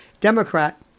Democrat